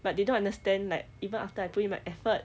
but they don't understand like even after I put in my effort